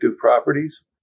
properties